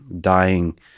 dying